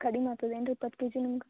ಕಡಿಮೆ ಆತದೆ ಏನು ರೀ ಇಪ್ಪತ್ತು ಕೆ ಜಿ ನಿಮ್ಗೆ